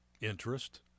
interest